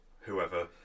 whoever